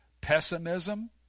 pessimism